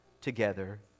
together